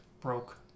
broke